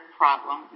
problem